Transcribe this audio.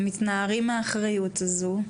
הם מתנערים מהאחריות הזו.